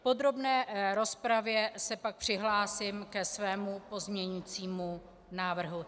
V podrobné rozpravě se pak přihlásím ke svému pozměňujícímu návrhu.